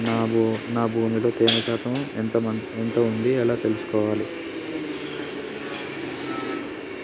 నా భూమి లో తేమ శాతం ఎంత ఉంది ఎలా తెలుసుకోవాలే?